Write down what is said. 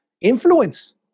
influence